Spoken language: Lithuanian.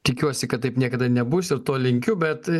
tikiuosi kad taip niekada nebus ir to linkiu bet